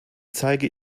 zeige